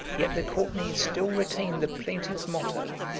yet the courtenays still retain the plaintive motto,